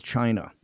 China